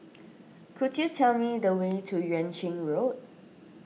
could you tell me the way to Yuan Ching Road